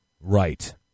Right